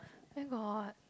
where got